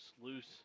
Loose